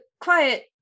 quiet